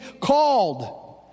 called